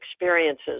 experiences